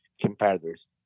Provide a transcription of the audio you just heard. competitors